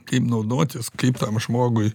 kaip naudotis kaip tam žmogui